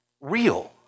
real